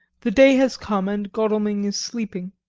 the day has come, and godalming is sleeping.